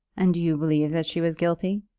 and do you believe that she was guilty?